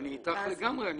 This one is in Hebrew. אני איתך לגמרי.